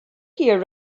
here